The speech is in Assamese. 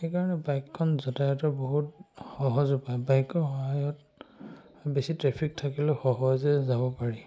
সেইকাৰণে বাইকখন যাতায়তৰ বহুত সহজ উপায় বাইকৰ সহায়ত বেছি ট্ৰেফিক থাকিলেও সহজে যাব পাৰি